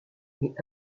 mais